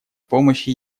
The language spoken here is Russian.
помощи